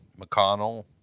McConnell